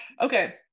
okay